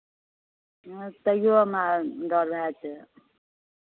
हँ तैओ हमरा डर भए जेतै